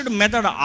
method